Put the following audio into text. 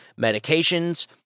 medications